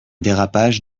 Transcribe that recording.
dérapage